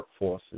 workforces